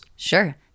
Sure